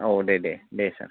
औ दे दे दे सार